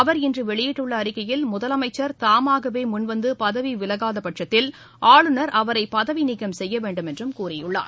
அவர்இன்று வெளியிட்டுள்ள அறிக்கையில் முதலமைச்சர் தாமாகவே முன்வந்து பதவி விலகாதபட்சத்தில் ஆளுநர் அவரை பதவி நீக்கம் செய்ய வேண்டும் என்றும் கூறியுள்ளார்